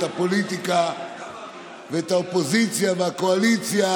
את הפוליטיקה ואת האופוזיציה והקואליציה